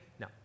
No